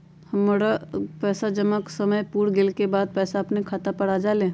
हमर जमा पैसा के समय पुर गेल के बाद पैसा अपने खाता पर आ जाले?